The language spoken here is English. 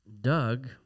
Doug